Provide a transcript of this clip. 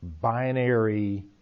binary